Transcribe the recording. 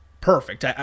perfect